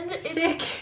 sick